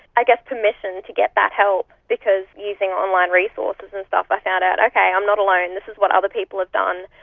i guess, permission to get that help because using online resources and stuff i found out, okay, i'm not alone, this is what other people have done,